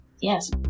Yes